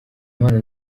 mpano